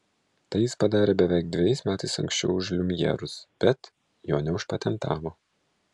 tai jis padarė beveik dvejais metais anksčiau už liumjerus bet jo neužpatentavo